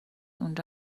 اونجا